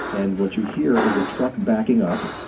and what you hear is a truck backing up.